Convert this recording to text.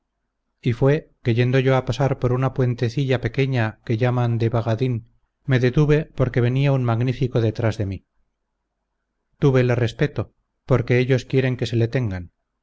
y fue que yendo yo a pasar por una puentecilla pequeña que llaman del bragadin me detuve porque venía un magnífico detrás de mí túvele respeto porque ellos quieren que se le tengan